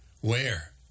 Where